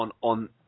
on –